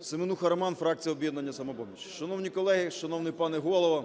Семенуха Роман, фракція "Об'єднання "Самопоміч". Шановні колеги, шановний пане Голово,